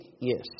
yes